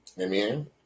Amen